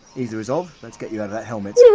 easily resolved let's get you out of that helmet. so